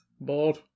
Bored